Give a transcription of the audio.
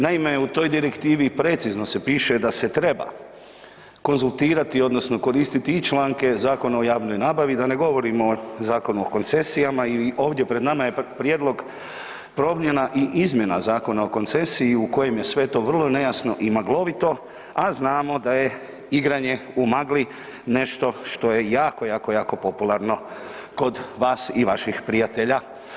Naime i toj direktivi precizno se piše da se treba konzultirati odnosno koristiti i članke Zakona o javnoj nabavi, da ne govorimo Zakon o koncesijama i ovdje pred nama je prijedlog promjena i izmjena Zakona o koncesiji u kojem je to sve vrlo nejasno i maglovito, a znamo da je igranje u magli nešto što je jako, jako, jako popularno kod vas i vaših prijatelja.